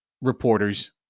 reporters